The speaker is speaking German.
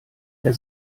der